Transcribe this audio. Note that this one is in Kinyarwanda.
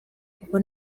kuko